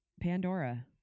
Pandora